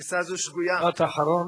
משפט אחרון.